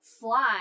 fly